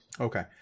Okay